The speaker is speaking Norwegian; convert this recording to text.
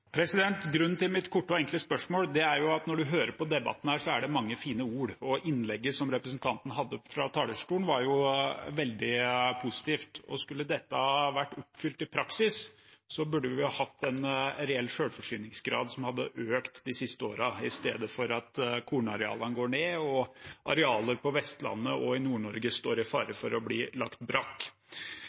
Grunnen til mitt korte og enkle spørsmål er at når man hører på debatten her, er det mange fine ord. Innlegget som representanten hadde fra talerstolen, var veldig positivt, og skulle dette vært oppfylt i praksis, burde vi hatt en reell selvforsyningsgrad som hadde økt de siste årene, i stedet for at kornarealene går ned, og at arealer på Vestlandet og i Nord-Norge står i fare for å bli lagt brakk.